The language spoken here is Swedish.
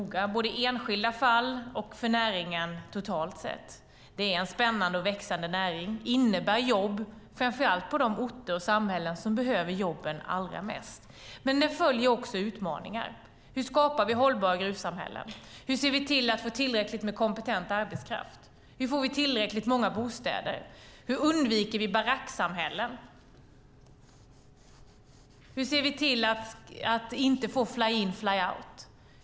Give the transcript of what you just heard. Det gäller både enskilda fall och för näringen totalt sett. Det är en spännande och växande näring. Den innebär jobb framför allt på de orter och i de samhällen som behöver jobben allra mest. Med det följer också utmaningar. Hur skapar vi hållbara gruvsamhällen? Hur ser vi till att få tillräckligt med kompetent arbetskraft? Hur får vi tillräckligt många bostäder? Hur undviker vi baracksamhällen? Hur ser vi till att inte få fly-in, fly-out?